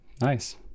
Nice